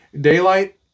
daylight